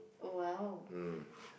!wow!